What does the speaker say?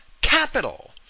Capital